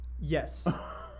Yes